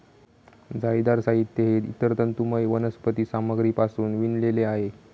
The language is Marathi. जाळीदार साहित्य हे इतर तंतुमय वनस्पती सामग्रीपासून विणलेले आहे